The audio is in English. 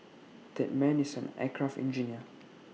that man is an aircraft engineer